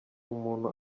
umuntu